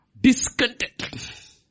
discontent